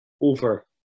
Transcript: over